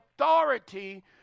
authority